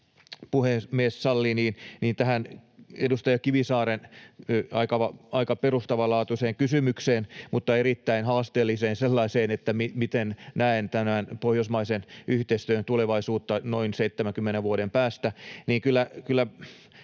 puhemies sallii, tähän edustaja Kivisaaren aika perustavanlaatuiseen kysymykseen — mutta erittäin haasteelliseen sellaiseen — että miten näen tänään pohjoismaisen yhteistyön tulevaisuuden noin 70 vuoden päästä.